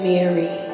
Mary